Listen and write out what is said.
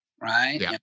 Right